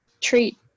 treat